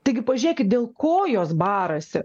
taigi pažėkit dėl ko jos barasi